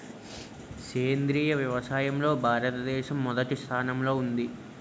సేంద్రీయ వ్యవసాయంలో భారతదేశం మొదటి స్థానంలో ఉంది